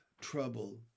Trouble